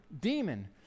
demon